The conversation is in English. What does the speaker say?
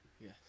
yes